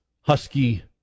husky